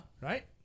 Right